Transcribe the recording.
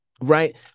Right